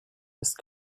ist